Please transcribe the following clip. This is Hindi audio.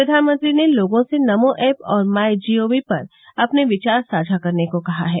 प्रधानमंत्री ने लोगों से नमो ऐप और माइ जीओवी पर अपने विचार साझा करने को कहा है